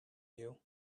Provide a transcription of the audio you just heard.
you